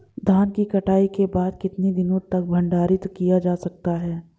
धान की कटाई के बाद कितने दिनों तक भंडारित किया जा सकता है?